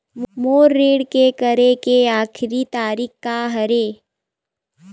मोर ऋण के करे के आखिरी तारीक का हरे?